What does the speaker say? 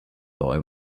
boy